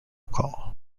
call